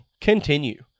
Continue